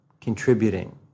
Contributing